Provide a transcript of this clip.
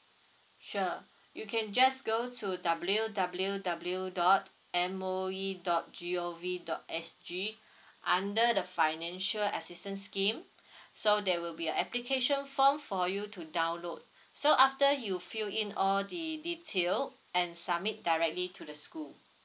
sure you can just go to W W W dot M O E dot G O V dot S G under the financial assistance scheme so there will be a application form for you to download so after you fill in all the detail and submit directly to the school